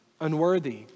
unworthy